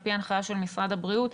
על פי הנחיה של משרד הבריאות.